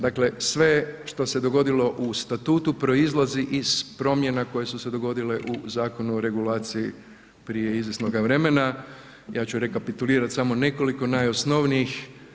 Dakle, sve što se dogodilo u Statutu proizlazi iz promjena koje su se dogodile u Zakonu o regulaciji prije izvjesnoga vremena, ja ću rekapitulirat samo nekoliko najosnovnijih.